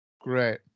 Great